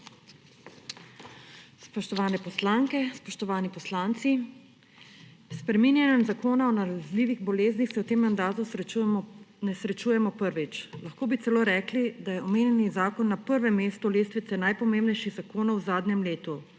Spoštovane poslanke, spoštovani poslanci! S spreminjanem Zakona o nalezljivih boleznih se v tem mandatu ne srečujemo prvič. Lahko bi celo rekli, da je omenjeni zakon na prvem mestu lestvice najpomembnejših zakonov v zadnjem letu.